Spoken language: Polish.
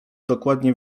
dokładnie